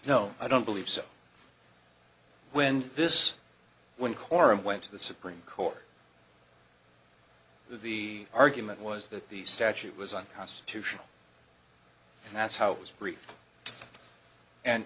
no i don't believe so when this when corrine went to the supreme court the argument was that the statute was unconstitutional and that's how it was brief and